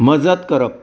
मजत करप